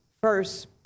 first